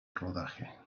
rodaje